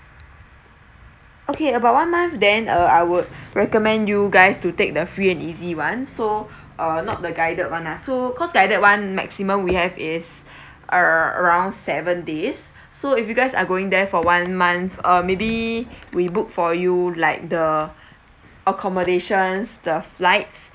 okay about one month then uh I would recommend you guys to take the free and easy one so uh not the guided one lah so cause guided one maximum we have is around seven days so if you guys are going there for one month uh maybe we book for you like the accommodations the flights